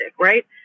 right